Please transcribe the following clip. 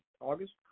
August